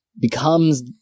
Becomes